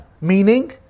meaning